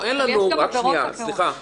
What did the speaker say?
אבל יש הגדרות אחרות.